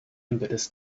impetus